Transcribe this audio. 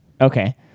okay